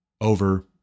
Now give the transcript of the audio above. over